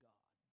God